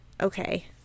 Okay